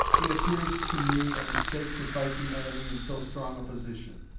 it appears to me a mistake to fight the enemy in so strong a position.